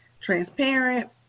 transparent